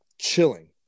chilling